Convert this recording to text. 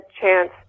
chance